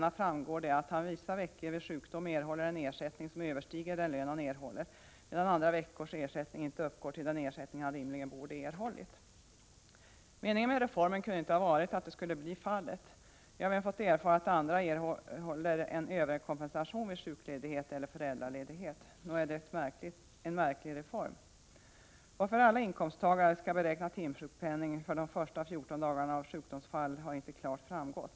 Därav framgår att han vissa veckor vid sjukdom erhåller en ersättning som överstiger den lön han erhåller, medan andra veckor ersättningen inte uppgår till den ersättning han rimligen borde ha erhållit. Meningen med reformen kunde inte ha varit att så skulle bli fallet. Jag har även fått erfara att andra erhåller en överkompensation vid sjukledighet eller föräldraledighet. Nog är det en märklig reform! Varför alla inkomsttagare skall beräkna timsjukpenning för de första 14 dagarna av ett sjukdomsfall har inte klart framgått.